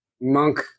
monk